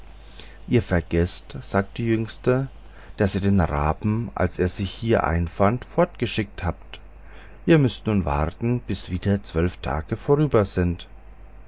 ihr vergeßt sagte die jüngste daß ihr den raben als er sich hier einfand fortgeschickt habt ihr müßt nun warten bis wieder zwölf tage vorüber sind